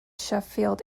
sheffield